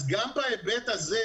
אז גם בהיבט הזה,